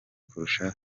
kurusha